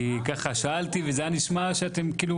כי ככה שאלתי וזה היה נשמע שאתם כאילו